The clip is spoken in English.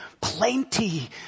plenty